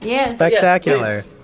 Spectacular